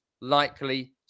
likely